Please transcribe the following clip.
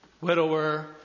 widower